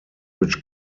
which